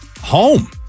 home